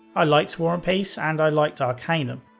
i liked war and peace and i liked arcanum.